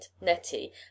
Nettie